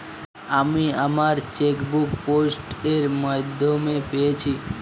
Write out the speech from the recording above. আমি আমার chequebook post এর মাধ্যমে পেয়েছি